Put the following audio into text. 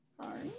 sorry